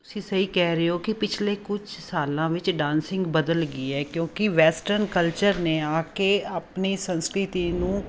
ਤੁਸੀਂ ਸਹੀ ਕਹਿ ਰਹੇ ਹੋ ਕਿ ਪਿਛਲੇ ਕੁਝ ਸਾਲਾਂ ਵਿੱਚ ਡਾਂਸਿੰਗ ਬਦਲ ਗਈ ਹੈ ਕਿਉਂਕਿ ਵੈਸਟਰਨ ਕਲਚਰ ਨੇ ਆ ਕੇ ਆਪਣੀ ਸੰਸਕ੍ਰਿਤੀ ਨੂੰ